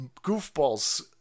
goofballs